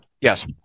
Yes